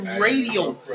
radio